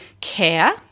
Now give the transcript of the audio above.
Care